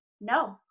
No